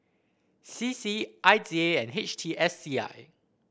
C C I D A and H T S C I